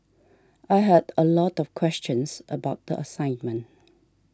I had a lot of questions about the assignment